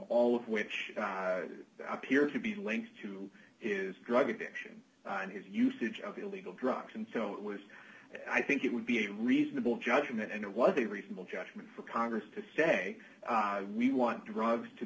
all of which appears to be linked to is drug addiction and his usage of illegal drugs until it was i think it would be a reasonable judgment and it was a reasonable judgment for congress to say we want drug to